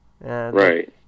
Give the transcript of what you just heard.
Right